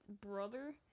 brother